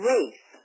Race